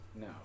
No